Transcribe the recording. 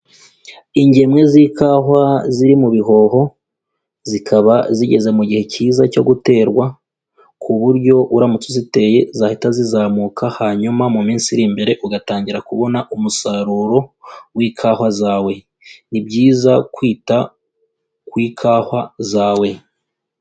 Ingemwe z'ikahwa ziri mu bihoho, zikaba zigeze mu gihe cyiza cyo guterwa, ku buryo uramutse uziteye zahita zizamuka hanyuma mu minsi iri imbere ugatangira kubona umusaruro w'ikahwa zawe. Ni byiza kwita ku ikahwa zawe.